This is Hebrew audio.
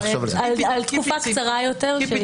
נחשוב על תקופה קצה יותר.